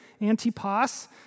Antipas